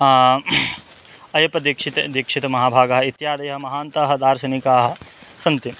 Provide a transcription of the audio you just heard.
अप्पयदीक्षितः दीक्षितमहाभागः इत्यादयः महान्ताः दार्शनिकाः सन्ति